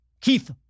Keith